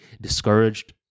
discouraged